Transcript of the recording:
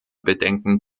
bedenken